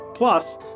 Plus